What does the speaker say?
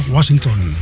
Washington